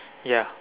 ya